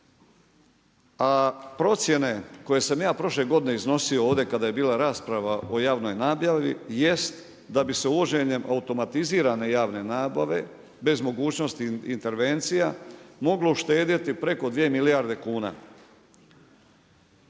a procjene koje sam ja prošle godine iznosio ovdje kada je bila rasprava o javnoj nabavi jest da bi se uvođenjem automatizirane javne nabave, bez mogućnosti intervencija moglo uštedjeti preko dvije milijarde kuna.